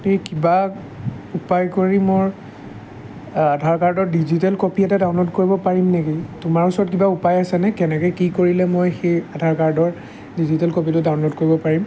এই কিবা উপায় কৰি মোৰ আধাৰ কাৰ্ডৰ ডিজিটেল কপি এটা ডাউনল'ড কৰিব পাৰিম নেকি তোমাৰ ওচৰত কিবা উপায় আছেনে কেনেকৈ কি কৰিলে মই সেই আধাৰ কাৰ্ডৰ ডিজিটেল কপিটো ডাউনল'ড কৰিব পাৰিম